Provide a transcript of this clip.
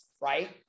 right